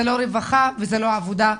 זה לא רווחה וזאת לא עבודה.